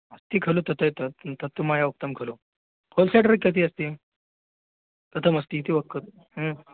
अस्ति खलु तत् एतत् तत्तु मया उक्तं खलु हौसेडर् कति अस्ति कथमस्तीति वक्तुम्